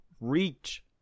reach